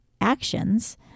actions